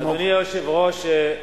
אדוני היושב-ראש,